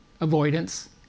avoidance